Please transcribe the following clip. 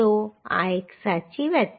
તો આ એક સાચું છે